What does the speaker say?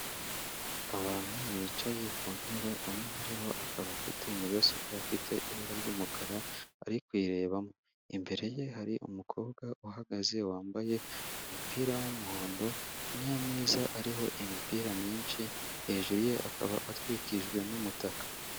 Abantu bicaye ku ntebe, umwe muri bo akaba afite mudasobwa ifite ibara ry'umukara ari kuyirebamo, imbere ye hari umukobwa uhagaze wambaye umupira w'umuhondo n'ameza ariho imipira myinshi, hejuru ye akaba atwikijwe n'umutaka.